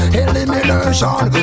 elimination